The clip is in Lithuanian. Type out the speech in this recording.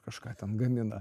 kažką ten gamina